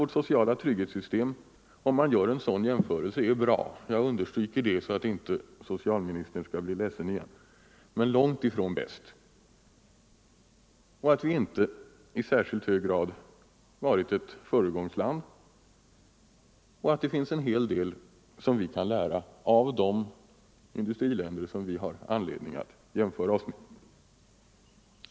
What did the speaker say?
Vårt sociala trygghetssystem, om man gör en sådan jämförelse, är bra — jag understryker det så att inte socialministern skall bli ledsen igen — men långt ifrån bäst. 3. Vi har inte i särskilt hög grad varit föregångsland, utan det finns en hel del som vi kan lära av de industriländer som vi har anledning att jämföra oss med. 4.